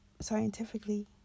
scientifically